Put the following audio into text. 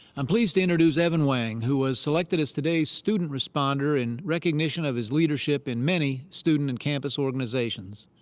i'm pleased to introduce evan wang, who was selected as today's student responder in recognition of his leadership in many student and campus organizations.